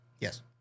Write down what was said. Yes